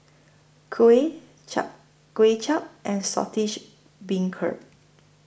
Kuih Chap Kway Chap and Saltish Beancurd